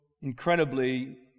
incredibly